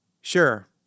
sure